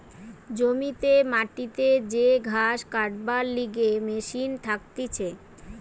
জমিতে মাটিতে যে ঘাস কাটবার লিগে মেশিন থাকতিছে